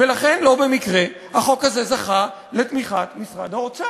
ולכן לא במקרה החוק הזה זכה לתמיכת משרד האוצר,